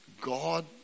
God